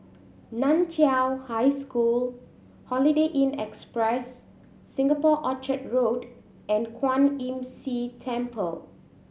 Nan Chiau High School Holiday Inn Express Singapore Orchard Road and Kwan Imm See Temple